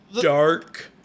Dark